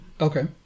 Okay